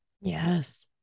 Yes